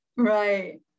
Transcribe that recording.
right